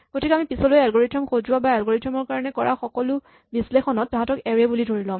গতিকে আমি পিছলৈ এলগৰিথম সজোৱা বা এলগৰিথম ৰ কাৰণে কৰা সকলো বিশ্লেষণত তাহাঁতক এৰে বুলি ধৰি ল'ম